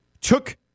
took